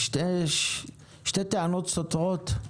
שתי טענות סותרות?